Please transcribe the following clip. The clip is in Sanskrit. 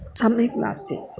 सम्यक् नास्ति